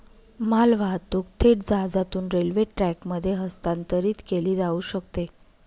मालवाहतूक थेट जहाजातून रेल्वे ट्रकमध्ये हस्तांतरित केली जाऊ शकते